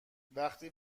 وقتی